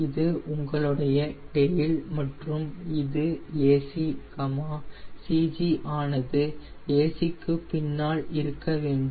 இது உங்களுடைய டெயில் மற்றும் இது AC CG ஆனது AC க்கு பின்னால் இருக்க வேண்டும்